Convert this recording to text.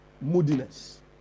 moodiness